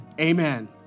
Amen